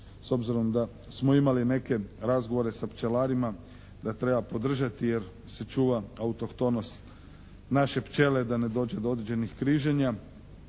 s obzirom da smo imali neke razgovore sa pčelarima da treba podržati jer se čuva autohtonost naše pčele da ne dođe do određenih križanja.